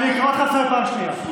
אני קורא אותך לסדר פעם שנייה.